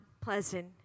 pleasant